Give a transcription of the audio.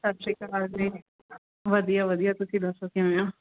ਸਤਿ ਸ਼੍ਰੀ ਅਕਾਲ ਜੀ ਵਧੀਆ ਵਧੀਆ ਤੁਸੀਂ ਦੱਸੋ ਕਿਵੇਂ ਹੋ